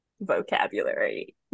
vocabulary